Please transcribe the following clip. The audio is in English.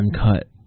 Uncut